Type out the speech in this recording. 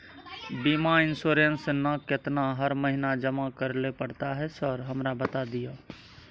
बीमा इन्सुरेंस ना केतना हर महीना जमा करैले पड़ता है सर हमरा बता दिय?